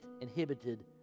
inhibited